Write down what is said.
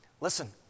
Listen